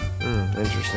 Interesting